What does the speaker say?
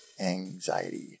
Anxiety